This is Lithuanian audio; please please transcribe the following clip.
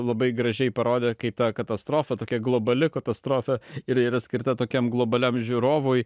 labai gražiai parodė kaip ta katastrofa tokia globali katastrofa ir yra skirta tokiam globaliam žiūrovui